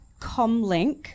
comlink